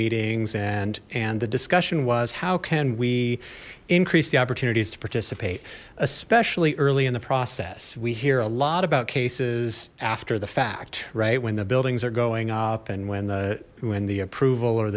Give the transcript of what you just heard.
meetings and and the discussion was how can we increase the opportunities to participate especially early in the process we hear a lot about cases after the fact right when the buildings are going up and when the when the approval or